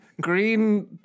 Green